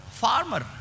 farmer